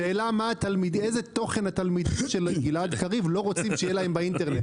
השאלה איזה תוכן התלמידים של גלעד קריב לא רוצים שיהיה להם באינטרנט.